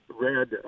Read